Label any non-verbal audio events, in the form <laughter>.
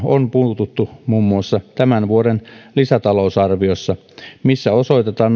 on puututtu muun muassa tämän vuoden lisätalousarviossa missä osoitetaan <unintelligible>